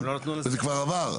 זה כבר עבר?